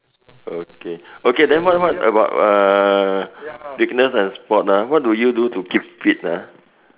okay okay then how what about uh fitness and sport ah what do you do to keep fit ah